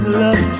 love